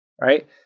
Right